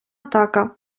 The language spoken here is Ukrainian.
атака